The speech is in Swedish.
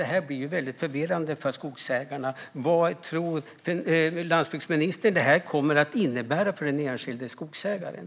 Det blir väldigt förvirrande för skogsägarna. Vad tror landsbygdsministern att detta kommer att innebära för den enskilde skogsägaren?